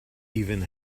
even